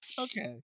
Okay